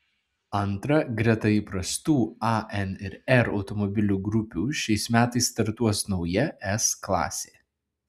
antra greta įprastų a n ir r automobilių grupių šiais metais startuos nauja s klasė